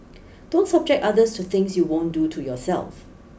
don't subject others to things you won't do to yourself